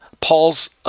Paul's